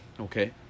Okay